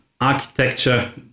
architecture